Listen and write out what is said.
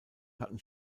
hatten